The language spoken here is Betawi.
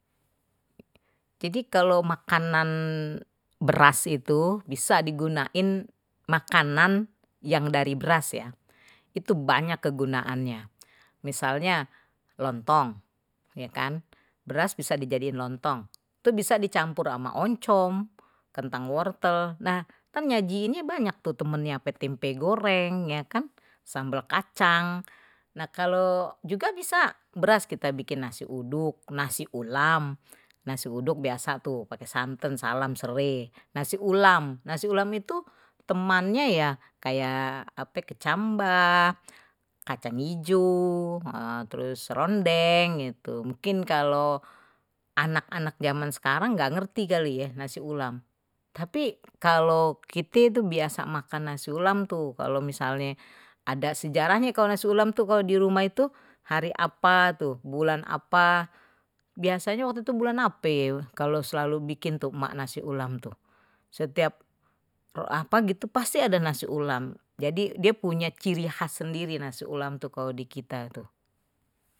Jadi kalau makanan beras itu bisa digunaian makanan yang dari beras ya itu banyak kegunaannya misalnya lontong, iya kan beras bisa dijadiin lontong tuh bisa dicampur sama oncom kentang wortel nah kan nyajiinye banyak tuh temannya ape tempe goreng ya kan, sambal kacang nah kalau juga bisa beras kita bikin nasi uduk, nasi ulam. nasi uduk biasa tuh pakai santan salam sere nasi ulam nasi ulam itu temannya ya kayak ape kecambah kacang ijo nah. Terus serondeng itu mungkin kalau anak anak zaman sekarang nggak ngerti kali ye nasi ulam, tapi kalau kite itu biasa makan nas ulam tuh kalau misalnya ada sejarahnya kalau nasi ulam tuh kalau di rumah itu hari apa tuh bulan apa biasanya waktu itu bulan ape ye, kalau selalu bikin tuh emak nasi ulam tuh setiap apa gitu pasti ada nasi ulam jadi dia punya ciri khas sendiri nasi ulam tuh kalau di kita tuh,